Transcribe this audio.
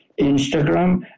Instagram